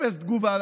אפס תגובה.